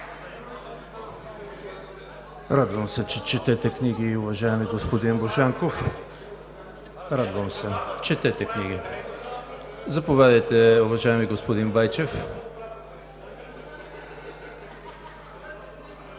Радвам се, че четете книги, уважаеми господин Божанков. Радвам се. Четете книги! Заповядайте, уважаеми господин Байчев.